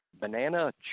banana